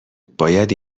باید